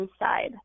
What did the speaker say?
inside